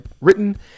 written